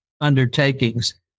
undertakings